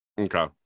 Okay